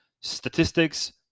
statistics